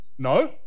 No